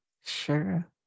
Sure